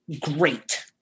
great